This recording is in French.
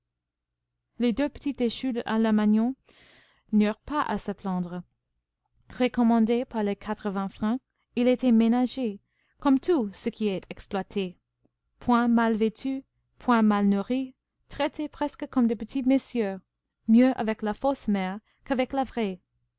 les deux petits échus à la magnon n'eurent pas à se plaindre recommandés par les quatre-vingts francs ils étaient ménagés comme tout ce qui est exploité point mal vêtus point mal nourris traités presque comme de petits messieurs mieux avec la fausse mère qu'avec la vraie